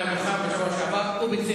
נאום אובמה בקהיר.